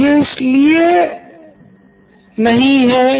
और यह अधिगम की प्रक्रिया को समझने के लिए ज़रूरी भी हैं